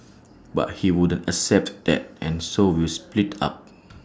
but he wouldn't accept that and so we split up